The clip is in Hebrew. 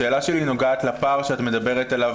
השאלה שלי נוגעת לפער שאת מדברת עליו